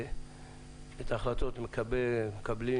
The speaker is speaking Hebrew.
את ההחלטות מקבלים